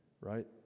Right